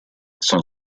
son